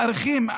מאריכים,